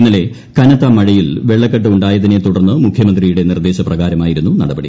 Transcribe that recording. ഇന്നലെ കനത്ത മഴയിൽ വെള്ളക്കെട്ട് ഉണ്ടായതിനെ തുടർന്ന് മുഖ്യമന്ത്രിയുടെ നിർദ്ദേശപ്രകാരമായിരുന്നു നടപടി